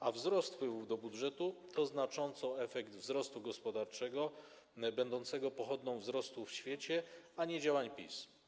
a wzrost wpływów do budżetu to znacząco efekt wzrostu gospodarczego będącego pochodną wzrostu w świecie, a nie działań PiS.